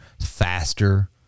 faster